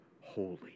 Holy